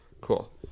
Cool